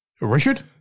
Richard